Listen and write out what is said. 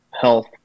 health